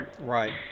right